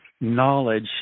knowledge